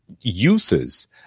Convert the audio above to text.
uses